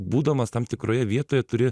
būdamas tam tikroje vietoje turi